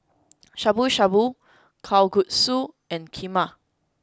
Shabu Shabu Kalguksu and Kheema